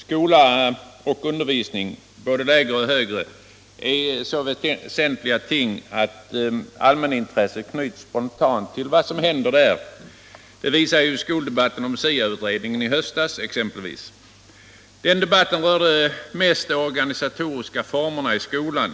Herr talman! Skola och undervisning, både lägre och högre, är så väsentliga ting att allmänintresse spontant knyts till vad som händer där. Det visar exempelvis skoldebatten om SIA-utredningen i höstas. Den debatten rörde mest de organisatoriska formerna i skolan.